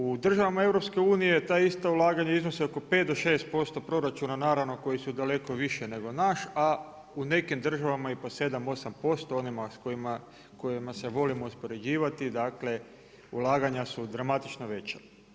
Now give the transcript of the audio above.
U državama EU, ta ista ulaganja iznosi oko 5 do 6% proračuna naravno koji su daleko više nego naš, a u nekim državama i po 7, 8%, onima s kojima se volimo uspoređivati, dakle, ulaganja su dramatično veća.